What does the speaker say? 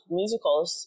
musicals